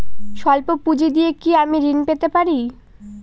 সল্প পুঁজি দিয়ে কি আমি ঋণ পেতে পারি?